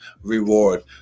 reward